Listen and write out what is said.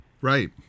Right